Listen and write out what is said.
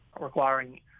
requiring